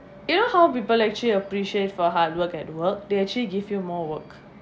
you know how people actually appreciate for hard work at work they actually give you more work